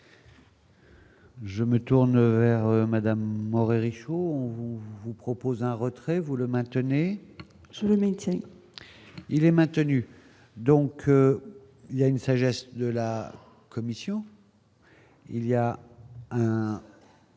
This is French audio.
Je me tourne vers Madame Moret Richaud, vous vous propose un retrait vous le maintenez sur le maintien. Il est maintenu, donc il y a une sagesse de la Commission, il y a un